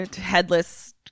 headless